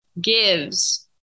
gives